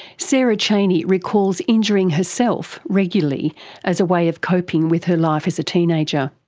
sarah chaney recalls injuring herself regularly as a way of coping with her life as a teenager.